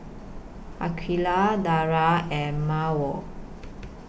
Aqeelah Dara and Mawar